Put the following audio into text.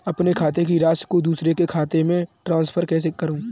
अपने खाते की राशि को दूसरे के खाते में ट्रांसफर कैसे करूँ?